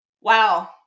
Wow